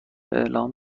اعلام